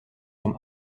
vom